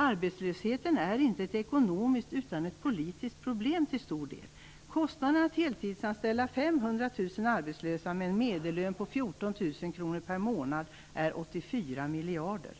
Arbetslösheten är inte ett ekonomiskt utan ett politiskt problem till stor del. Kostnaden att heltidsanställa 500 000 arbetslösa med en medellön på 14 000 kronor per månad är 84 miljarder.